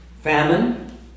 famine